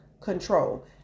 control